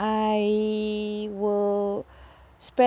I will spend